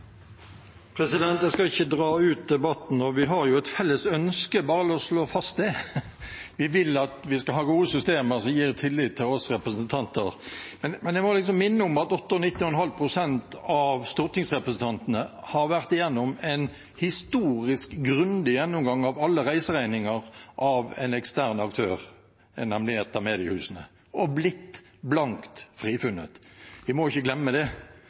Jeg skal ikke dra ut debatten. Vi har jo et felles ønske, la oss slå det fast. Vi vil at vi skal ha gode systemer som gir tillit til oss representanter. Men jeg må minne om at 98,5 pst. av stortingsrepresentantene har vært gjennom en historisk grundig gjennomgang av alle reiseregninger av en ekstern aktør, nemlig et av mediehusene, og blitt blankt frifunnet. Vi må ikke glemme det.